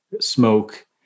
smoke